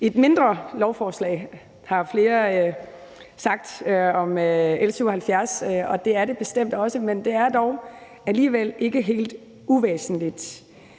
et mindre lovforslag, har flere sagt om L 77, og det er det bestemt også, men det er dog alligevel ikke helt uvæsentligt.